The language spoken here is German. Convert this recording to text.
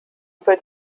über